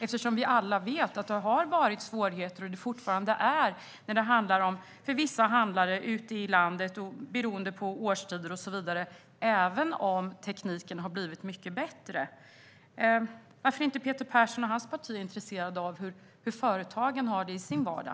Vi vet ju alla att det har funnits och fortfarande finns svårigheter för vissa handlare ute i landet, beroende på årstider och så vidare, även om tekniken har blivit mycket bättre. Varför är Peter Persson och hans parti inte intresserade av hur företagen har det i sin vardag?